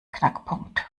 knackpunkt